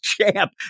champ